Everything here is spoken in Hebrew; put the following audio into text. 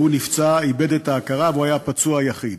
והוא נפצע, איבד את ההכרה, והוא היה הפצוע היחיד.